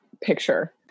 picture